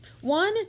one